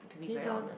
can you tell